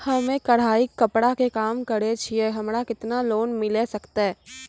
हम्मे कढ़ाई कपड़ा के काम करे छियै, हमरा केतना लोन मिले सकते?